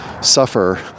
suffer